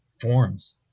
forms